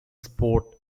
sport